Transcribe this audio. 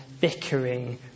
bickering